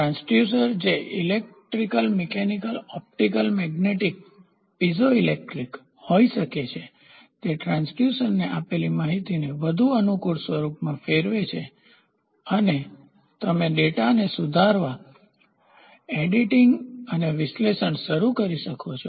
transducer જે electrical mechanical optical magnetic piezo electric હોઈ શકે તે ટ્રાન્સડ્યુસર માપેલી માહિતીને વધુ અનુકૂળ સ્વરૂપમાં ફેરવે છે અને તમે ડેટાને સુધારવા એડીટીન્ગસંપાદન અને વિશ્લેષણ શરૂ કરી શકો છો